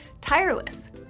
tireless